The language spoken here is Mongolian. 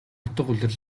утга